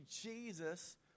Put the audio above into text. jesus